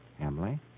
Emily